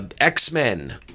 X-Men